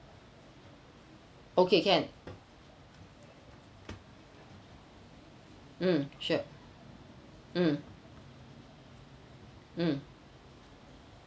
okay can mm sure mm mm